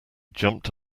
jumped